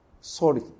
Sorry